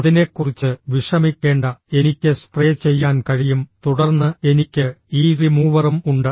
അതിനെക്കുറിച്ച് വിഷമിക്കേണ്ട എനിക്ക് സ്പ്രേ ചെയ്യാൻ കഴിയും തുടർന്ന് എനിക്ക് ഈ റിമൂവറും ഉണ്ട്